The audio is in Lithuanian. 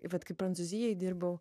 vat kaip prancūzijoj dirbau